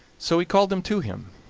so he called them to him,